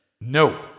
No